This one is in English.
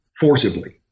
forcibly